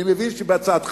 אני מבין שבהצעתך